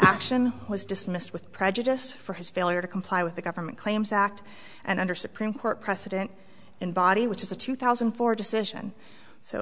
action was dismissed with prejudice for his failure to comply with the government claims act and under supreme court precedent in body which is a two thousand and four decision so